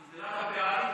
אני בעד,